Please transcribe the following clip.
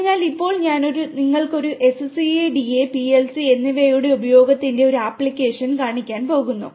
അതിനാൽ ഇപ്പോൾ ഞാൻ നിങ്ങൾക്ക് SCADA PLC എന്നിവയുടെ ഉപയോഗത്തിന്റെ ഒരു ആപ്ലിക്കേഷൻ കാണിക്കാൻ പോകുന്നു